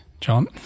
John